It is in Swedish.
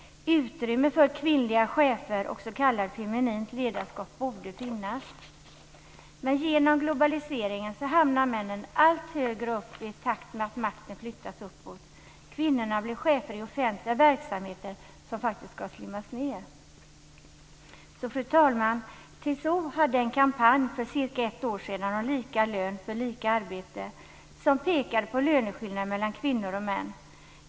Utrymme för kvinnliga chefer och s.k. feminint ledarskap borde finnas. Men genom globaliseringen hamnar männen allt högre upp i takt med att makten flyttas uppåt. Kvinnorna blir chefer i offentliga verksamheter som ska slimmas ned. Fru talman! TCO hade för cirka ett år sedan en kampanj om lika lön för lika arbete som pekade på löneskillnaderna mellan kvinnor och män.